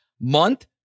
month